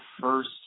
first